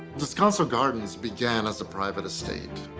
descanso gardens began as a private estate